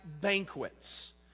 banquets